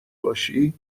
باشی